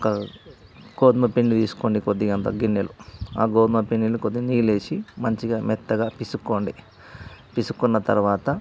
ఒక గోధుమ పిండి తీసుకోండి కొద్దిగా అంత గిన్నెలో ఆ గోధుమ పిండిని కొద్దిగ నీళ్ళు వేసి మంచిగా మెత్తగా పిసుక్కోండి పిసుక్కున్న తరువాత